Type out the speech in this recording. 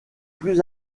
plus